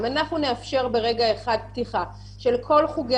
אם אנחנו נאפשר ברגע אחד פתיחה של כל חוגי